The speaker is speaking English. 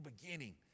beginning